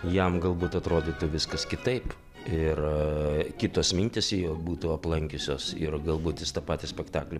jam galbūt atrodytų viskas kitaip ir kitos mintys jį jau būtų aplankiusios ir galbūt jis tą patį spektaklį